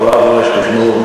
הדבר דורש תכנון,